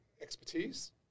expertise